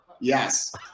Yes